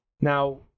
Now